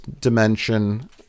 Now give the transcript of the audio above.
dimension